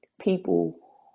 people